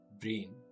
brain